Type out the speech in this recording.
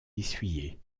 essuyer